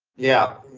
yeah,